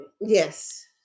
yes